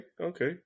Okay